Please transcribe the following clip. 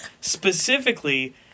specifically